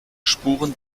spuren